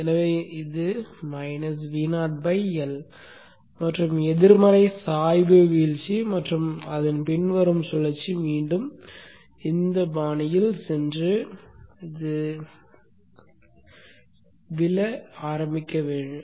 எனவே இது VoL மற்றும் எதிர்மறை சாய்வு வீழ்ச்சி மற்றும் அதன் பின் வரும் சுழற்சி மீண்டும் இந்த பாணியில் சென்று விழ ஆரம்பிக்க வேண்டும்